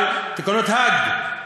תקנות האג.